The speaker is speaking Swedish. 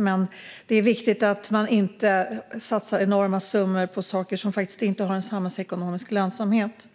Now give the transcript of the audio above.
Men det är viktigt att man inte satsar enorma summor på saker som faktiskt inte har en samhällsekonomisk lönsamhet.